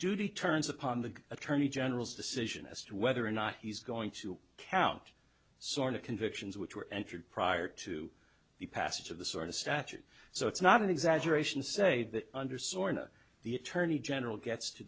duty turns upon the attorney general's decision as to whether or not he's going to count sort of convictions which were entered prior to the passage of the sort of statute so it's not an exaggeration to say that under sort of the attorney general gets to